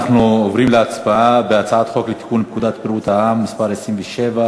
אנחנו עוברים להצבעה על הצעת חוק לתיקון פקודת בריאות העם (מס' 27),